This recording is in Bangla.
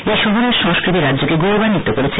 এই শহরের সংস্কৃতি রাজ্যকে গৌরবাগ্বিত করেছে